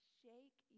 shake